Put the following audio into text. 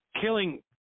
killing